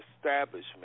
establishment